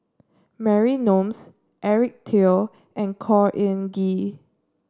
Mary Eric Teo and Khor Ean Ghee